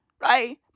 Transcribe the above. right